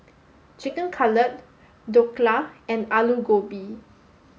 chicken Cutlet Dhokla and Alu Gobi